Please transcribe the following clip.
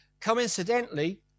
Coincidentally